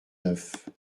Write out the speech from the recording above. neuf